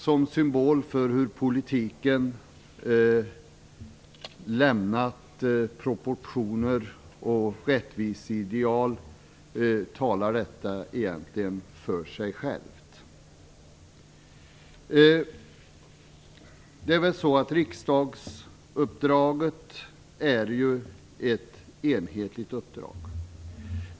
Som symbol för hur man i politiken lämnat proportioner och rättviseideal talar detta förslag egentligen för sig självt. Riksdagsuppdraget är ett enhetligt uppdrag.